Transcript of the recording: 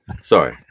Sorry